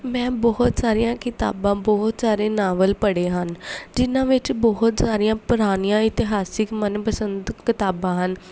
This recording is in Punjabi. ਮੈਂ ਬਹੁਤ ਸਾਰੀਆਂ ਕਿਤਾਬਾਂ ਬਹੁਤ ਸਾਰੇ ਨਾਵਲ ਪੜ੍ਹੇ ਹਨ ਜਿਹਨਾਂ ਵਿੱਚ ਬਹੁਤ ਸਾਰੀਆਂ ਪੁਰਾਣੀਆਂ ਇਤਿਹਾਸਿਕ ਮਨਪਸੰਦ ਕਿਤਾਬਾਂ ਹਨ